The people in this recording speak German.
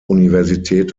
universität